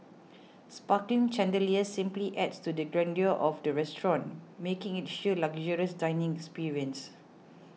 sparkling chandeliers simply adds to the grandeur of the restaurant making it a sheer luxurious dining experience